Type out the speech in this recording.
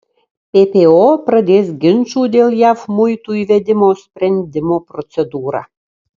ppo pradės ginčų dėl jav muitų įvedimo sprendimo procedūrą